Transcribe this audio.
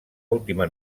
última